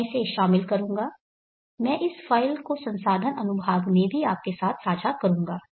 मैं इसे शामिल करूंगा मैं इस फाइल को संसाधन अनुभाग में भी आपके साथ साझा करूंगा